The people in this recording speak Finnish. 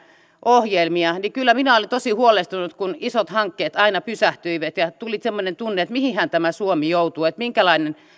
ohjelmia niin kyllä minä olin tosi huolestunut kun isot hankkeet aina pysähtyivät ja tuli semmoinen tunne että mihinhän tämä suomi joutuu ja minkälainen